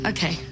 Okay